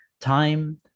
time